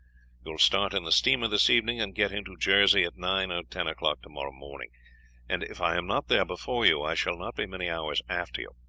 you will start in the steamer this evening, and get into jersey at nine or ten o'clock tomorrow morning and if i am not there before you, i shall not be many hours after you.